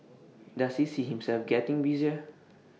does he see himself getting busier